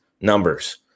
numbers